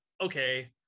okay